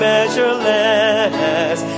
Measureless